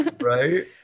Right